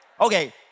Okay